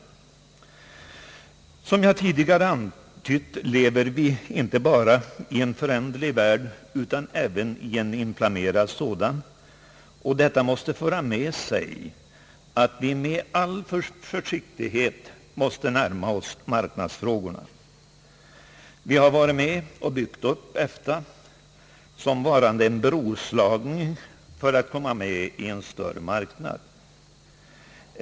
Som jag tidigare antytt lever vi inte bara i en föränderlig värld utan i en inflammerad sådan, och detta måste föra med sig att vi måste närma oss marknadsfrågorna med all försiktighet. Vi har varit med och byggt upp EFTA såsom varande en bro till en större marknad.